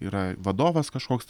yra vadovas kažkoks